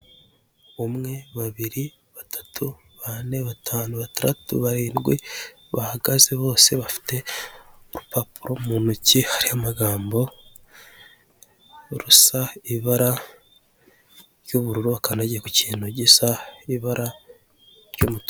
Umwe, babiri, batatu, bane, batanu, bataratu, barindwi bahagaze bose bafite urupapo mu ntoki hariho amagambo, rusa ibara ry'ubururu bakandagiye ku kintu gisa n'ibara ry'umutu.